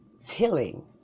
feeling